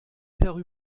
père